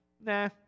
nah